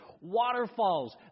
waterfalls